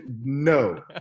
no